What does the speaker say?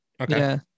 Okay